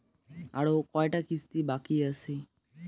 আরো কয়টা কিস্তি বাকি আছে?